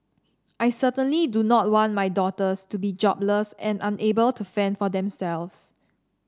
I certainly do not want my daughters to be jobless and unable to fend for themselves